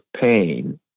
pain